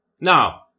Now